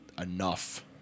enough